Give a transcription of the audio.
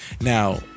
Now